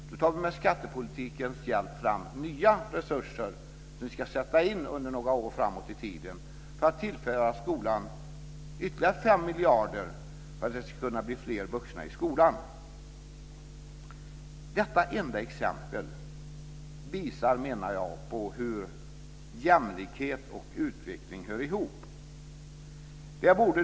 Då tar vi med skattepolitikens hjälp fram nya resurser som vi ska sätta in under några år framåt i tiden för att tillföra skolan ytterligare 5 miljarder så att det ska kunna bli fler vuxna i skolan. Detta enda exempel visar hur jämlikhet och utveckling hör ihop.